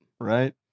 right